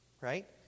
Right